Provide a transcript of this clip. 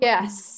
Yes